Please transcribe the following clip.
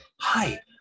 hi